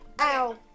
Ow